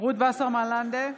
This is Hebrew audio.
רות וסרמן לנדה,